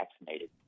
vaccinated